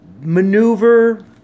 maneuver